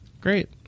Great